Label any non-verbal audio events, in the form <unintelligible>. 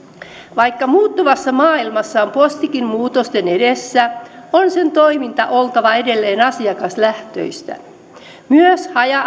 vaikka muuttuvassa maailmassa on postikin muutosten edessä on sen toiminnan oltava edelleen asiakaslähtöistä myös haja <unintelligible>